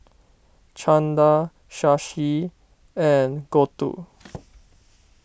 Chanda Shashi and Gouthu